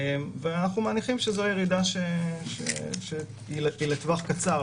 ואנחנו מניחים שזאת ירידה שהיא לטווח קצר,